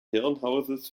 herrenhauses